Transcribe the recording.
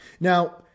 Now